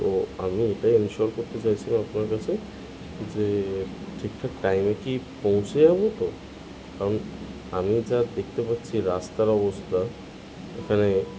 তো আমি এটাই এনসোর করতে চাইছিলাম আপনার কাছে যে ঠিকঠাক টাইমে কি পৌঁছে যাবো তো কারণ আমি যা দেখতে পাচ্ছি রাস্তার অবস্থা এখানে